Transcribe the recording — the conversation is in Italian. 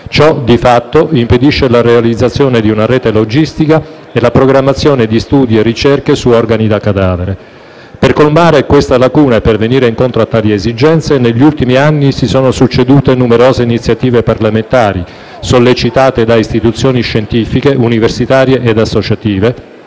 ciò, di fatto, impedisce la realizzazione di una rete logistica e la programmazione di studi e ricerche su organi da cadavere. Per colmare questa lacuna e per venire incontro a tali esigenze, negli ultimi anni si sono succedute numerose iniziative parlamentari sollecitate da istituzioni scientifiche, universitarie e associative,